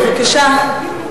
בבקשה.